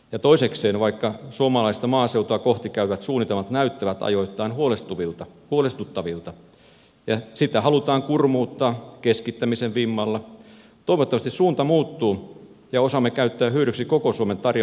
ja toisekseen vaikka suomalaista maaseutua kohti käyvät suunnitelmat näyttävät ajoittain huolestuttavilta ja sitä halutaan kurmuuttaa keskittämisen vimmalla toivottavasti suunta muuttuu ja osaamme käyttää hyödyksi koko suomen tarjoamat voimavarat